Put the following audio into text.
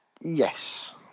yes